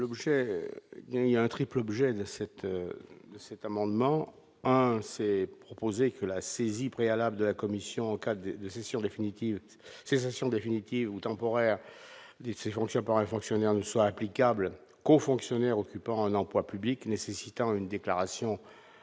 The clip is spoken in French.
il y a un triple objectif cet cet amendement, c'est proposer que la saisie préalable de la Commission en cas de décision définitive cessation définitive ou temporaire de ses fonctions par un fonctionnaire ne soit applicable qu'au fonctionnaires occupant un emploi public nécessitant une déclaration à la